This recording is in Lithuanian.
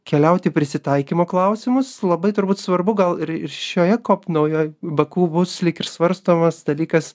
keliaut į prisitaikymo klausimus labai turbūt svarbu gal ir ir šioje kop naujoj baku bus lyg ir svarstomas dalykas